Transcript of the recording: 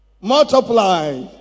multiply